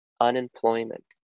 unemployment